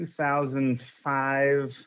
2005